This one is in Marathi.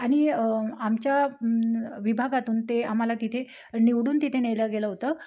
आणि आमच्या विभागातून ते आम्हाला तिथे निवडून तिथे नेलं गेलं होतं